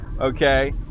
okay